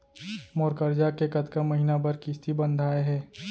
मोर करजा के कतका महीना बर किस्ती बंधाये हे?